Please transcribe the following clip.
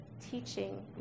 teaching